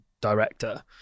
director